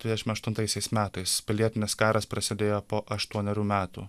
dvidešim aštuntaisiais metais pilietinis karas prasidėjo po aštuonerių metų